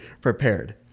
prepared